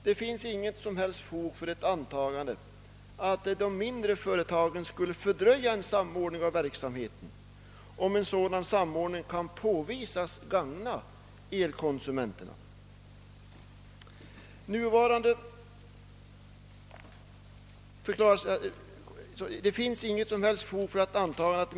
Det finns inget som helst fog för antagandet att de mindre företagen skulle fördröja en samordning av verksamheten, om en sådan samordning kan påvisas gagna elkonsumenterna.